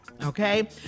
Okay